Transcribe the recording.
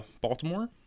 Baltimore